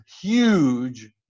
huge